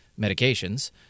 medications